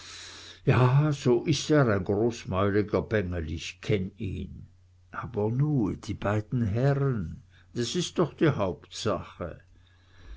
ja so is er ein großmäuliger bengel ich kenn ihn aber nu die beiden herren das ist doch die hauptsache